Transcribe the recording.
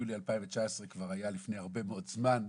יולי 2019 כבר היה לפני הרבה מאוד זמן.